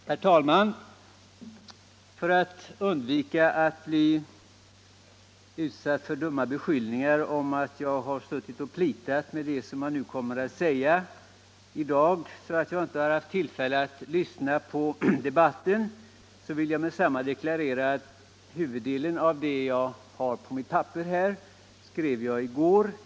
Herr talman! För att undvika att bli utsatt för dumma beskyllningar om att jag har suttit och plitat på det jag kommer att säga i dag, så att jag inte har haft tillfälle att lyssna på debatten, vill jag med detsamma deklarera att huvuddelen av det jag har på mitt papper skrev jag i går.